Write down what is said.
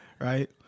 Right